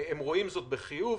הם רואים את זה בחיוב.